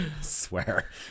swear